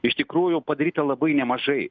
iš tikrųjų padaryta labai nemažai